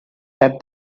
that